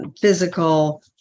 physical